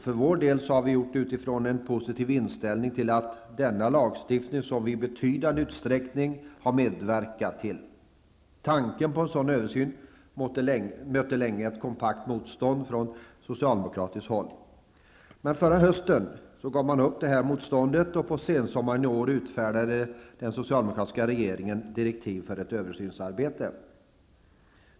För vår del har vi gjort det utifrån en positiv inställning till denna lagstiftning, som vi i betydande utsträckning har medverkat till. Tanken på en sådan översyn mötte länge ett kompakt motstånd från socialdemokraterna. Men förra hösten gav de upp sitt motstånd, och på sensommaren i år utfärdade den socialdemokratiska regeringen direktiv för ett översynsarbete.